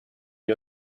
you